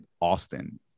Austin